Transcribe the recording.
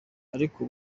ariko